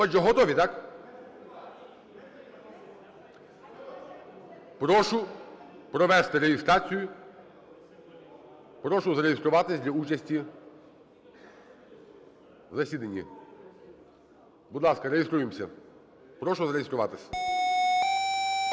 Отже, готові, так? Прошу провести реєстрацію. Прошу зареєструватись для участі в засіданні. Будь ласка, реєструємося. Прошу зареєструватись. 10:07:33